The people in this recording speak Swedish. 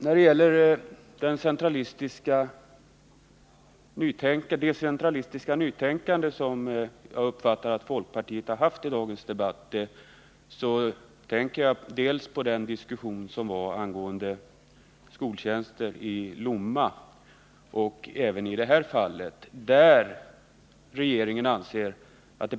Fru talman! När jag säger att folkpartiet i dagens debatt stått för ett centralistiskt nytänkande tänker jag på den diskussion som förts både angående skoltjänsten i Lomma och i det här ärendet.